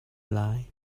lai